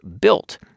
built